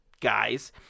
guys